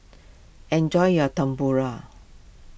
enjoy your Tempura